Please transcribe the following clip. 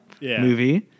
movie